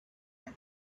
and